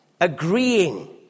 agreeing